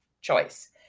choice